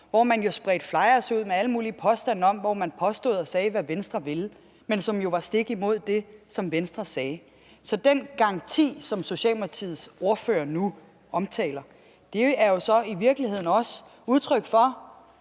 hvor man spredte flyers ud med alle mulige påstande om, hvad Venstre ville, som jo gik stik imod det, som Venstre sagde. Så den garanti, som Socialdemokratiets ordfører nu omtaler, er jo så i virkeligheden også udtryk for,